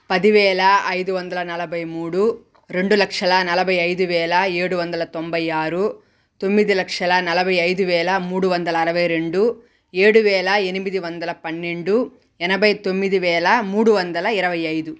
పదివేల ఐదు వందల నలభై మూడు రెండు లక్షల నలభై ఐదు వేల ఏడు వందల తొంభై ఆరు తొమ్మిది లక్షల నలభై ఐదు వేల మూడు వందల అరవై రెండు ఏడు వేల ఎనిమిది వందల పన్నెండు ఎనభై తొమ్మిది వేల మూడు వందల ఇరవై ఐదు